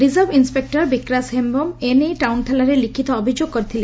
reserve inspector Bikash Hem ଏନେଇ town ଥାନାରେ ଲିଖ୍ତ ଅଭିଯୋଗ କରିଥିଲେ